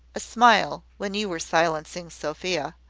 a smile, when you were silencing sophia.